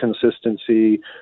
consistency